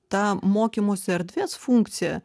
ta mokymosi erdvės funkcija